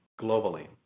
globally